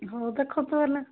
ହଉ ଦେଖନ୍ତୁ ହେଲେ